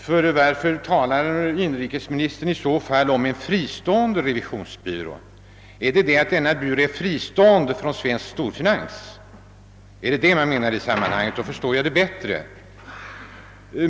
Men varför talar inrikesministern om en fristående revisionsbyrå? Är det därför att byrån är fristående gentemot storfinansen? Om statsrådet menar det, så förstår jag saken bättre.